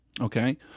Okay